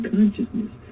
Consciousness